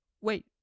Wait